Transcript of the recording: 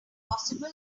possible